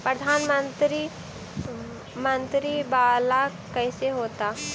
प्रधानमंत्री मंत्री वाला कैसे होता?